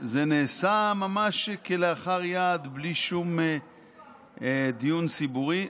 זה נעשה ממש כלאחר יד, בלי שום דיון ציבורי.